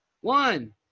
One